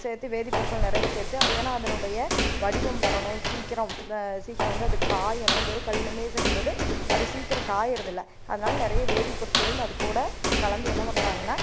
சேர்த்தி வேதிப் பொருட்கள் நிறையா சேர்த்து ஏன்னா அதனுடைய வடிவம் வரணும் சீக்கிரம் சீக்கிரம் வந்து அது காயணும் வெறும் களிமண்ணே செய்யும்போது அது சீக்கிரம் காய்கிறதில்ல அதனால நிறைய வேதிப்பொருட்களையும் அதுக்கூட கலந்து என்ன பண்றாங்கனால்